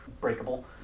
breakable